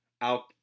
out